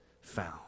found